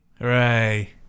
Hooray